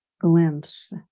glimpse